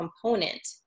component